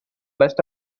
best